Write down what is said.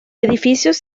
edificios